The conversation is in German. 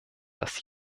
das